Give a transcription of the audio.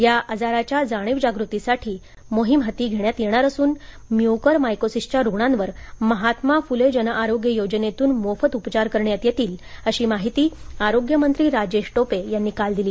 या आजाराच्या जाणीवजागृतीसाठी मोहीम हाती घेण्यात येणार असून म्युकरमायकोसीसच्या रुग्णांवर महात्मा फुले जनआरोग्य योजनेतून मोफत उपचार करण्यात येतील अशी माहिती आरोग्यमंत्री राजेश टोपे यांनी काल दिली